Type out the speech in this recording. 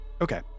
Okay